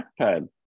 trackpad